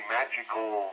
magical